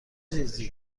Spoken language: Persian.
چیزی